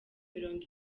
mirongo